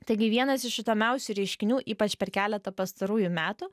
taigi vienas iš įdomiausių reiškinių ypač per keletą pastarųjų metų